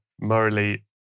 morally